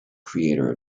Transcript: creator